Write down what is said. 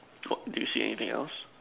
what do you see anything else